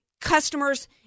Customers